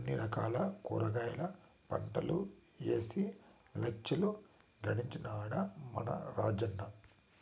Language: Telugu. అన్ని రకాల కూరగాయల పంటలూ ఏసి లచ్చలు గడించినాడ మన రాజన్న